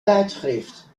tijdschrift